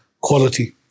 quality